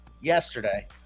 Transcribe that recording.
yesterday